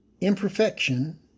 imperfection